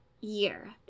year